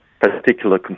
particular